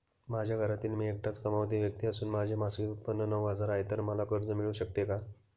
माझ्या घरातील मी एकटाच कमावती व्यक्ती असून माझे मासिक उत्त्पन्न नऊ हजार आहे, तर मला कर्ज मिळू शकते का?